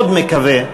מאוד מקווה,